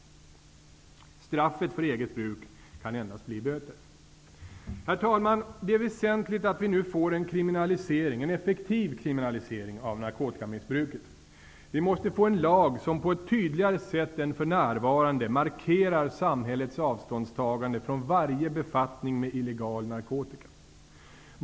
Straffet för eget bruk kan endast bli böter. Herr talman! Det är väsentligt att vi nu får en effektiv kriminalisering av narkotikamissbruket. Vi måste få en lag som på ett tydligare sätt än för närvarande markerar samhällets avståndstagande från varje befattning med illegal narkotika.